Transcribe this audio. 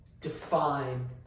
define